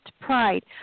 pride